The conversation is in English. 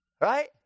Right